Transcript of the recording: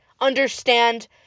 understand